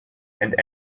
and